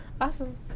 Awesome